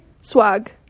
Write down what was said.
swag